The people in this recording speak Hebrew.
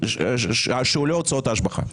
שהוא לא הוצאות השבחה?